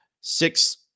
six